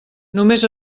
només